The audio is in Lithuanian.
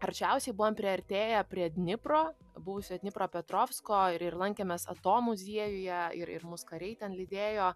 arčiausiai buvom priartėję prie dnipro buvusio dnipropetrovsko ir ir lankėmės atom muziejuje ir ir mus kariai ten lydėjo